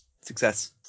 Success